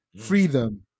Freedom